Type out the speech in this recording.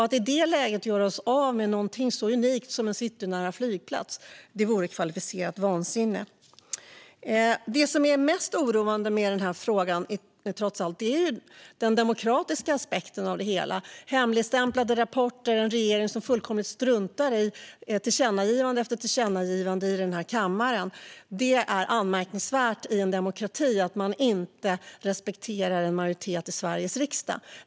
Att i det läget göra oss av med någonting så unikt som en citynära flygplats vore kvalificerat vansinne. Det som är mest oroande med den här frågan är trots allt den demokratiska aspekten av det hela, med hemligstämplade rapporter och en regering som fullkomligt struntar i tillkännagivande efter tillkännagivande i den här kammaren. Det är anmärkningsvärt i en demokrati att man inte respekterar en majoritet i Sveriges riksdag.